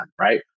Right